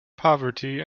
poverty